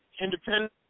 independent